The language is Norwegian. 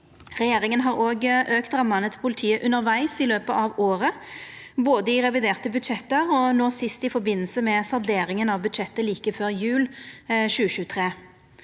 Regjeringa har òg auka rammene til politiet undervegs i løpet av året, både i reviderte budsjett og no sist i samband med salderinga av budsjettet like før jul 2023.